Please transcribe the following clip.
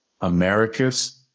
Americas